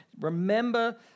Remember